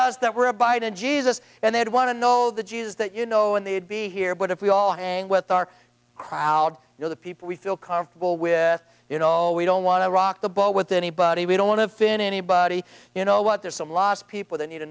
us that were abide in jesus and they'd want to know the jews that you know and they'd be here but if we all hang with our crowd you know the people we feel comfortable with you know we don't want to rock the boat with anybody we don't want to finish anybody you know what there's a lot of people that need to